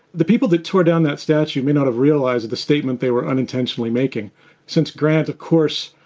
the people that tore down that statue may not have realized the statement they were unintentionally making since grant, of course,